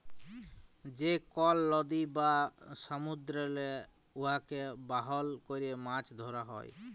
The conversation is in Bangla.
যে কল লদী বা সমুদ্দুরেল্লে উয়াকে বাহল ক্যরে মাছ ধ্যরা হ্যয়